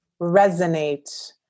resonate